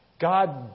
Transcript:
God